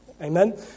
Amen